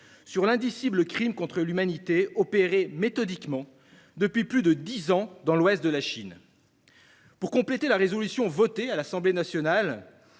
sur l'indicible crime contre l'humanité opéré méthodiquement depuis plus de dix ans dans l'ouest de la Chine. Pour compléter la résolution portant sur la reconnaissance